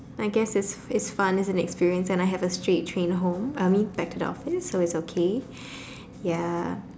I guess it's it's fun it's an experience and I have a straight train home I mean back to the office so it's okay ya